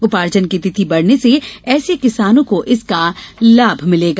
उपार्जन की तिथि बढ़ने से ऐसे किसानों को इसका लाभ मिलेगा